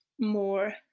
more